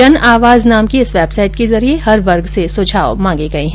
जन आवाज नाम की इस वेबसाइट के जरिये हर वर्ग से सुझाव मांगे गए हैं